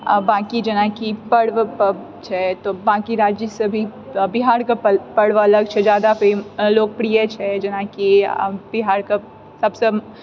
आओर बाँकी जेनाकि पर्व छै तऽ बाँकी राज्यसँ भी बिहारके पर्व अलग छै जादा लोकप्रिय छै जेनाकि बिहारके सबसँ